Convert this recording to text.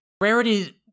Rarity